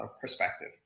perspective